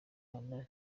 imana